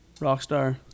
rockstar